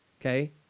okay